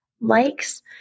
likes